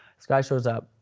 guys shows up,